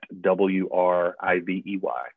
W-R-I-V-E-Y